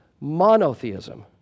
monotheism